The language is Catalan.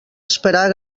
esperar